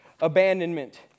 abandonment